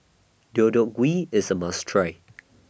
Deodeok Gui IS A must Try